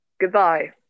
Goodbye